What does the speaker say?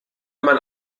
mann